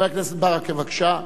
חבר הכנסת ברכה, בבקשה.